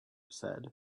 said